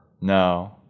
No